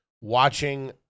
watching